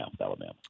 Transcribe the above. Alabama